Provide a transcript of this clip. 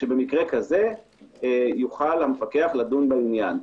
שבמקרה כזה יוכל המפקח לדון בעניין.